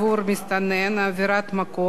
עבירת מקור) (הוראת שעה),